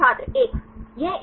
छात्र एक